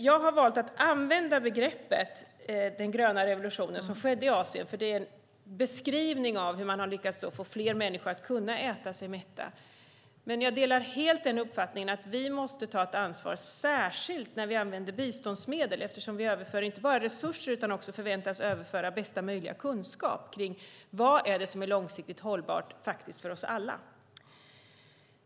Jag har valt att använda begreppet "den gröna revolutionen" för det som skedde i Asien, för det är en beskrivning av hur man har lyckats få fler människor att kunna äta sig mätta. Men jag delar helt uppfattningen att vi måste ta ett ansvar särskilt när vi använder biståndsmedel, eftersom vi överför inte bara resurser utan också förväntas överföra bästa möjliga kunskap kring vad som är långsiktigt hållbart för oss alla.